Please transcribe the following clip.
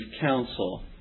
counsel